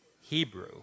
Hebrew